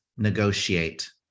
negotiate